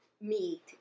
meat